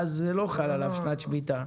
ואז לא חל עליו שנת שמיטה.